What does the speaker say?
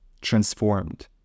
transformed